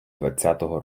двадцятого